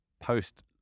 post